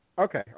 Okay